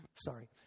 sorry